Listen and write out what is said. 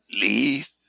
leave